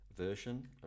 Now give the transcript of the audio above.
version